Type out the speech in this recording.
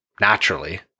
naturally